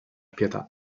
pietà